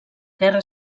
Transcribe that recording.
guerra